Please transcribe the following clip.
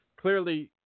clearly